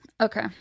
Okay